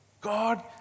God